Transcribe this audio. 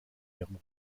ihrem